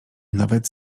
nawet